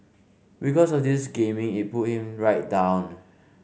because of this gaming it pulled him right down